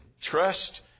Trust